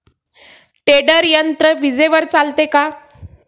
Tedder यंत्र विजेवर चालते का?